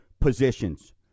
positions